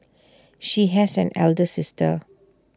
she has an elder sister